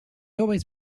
always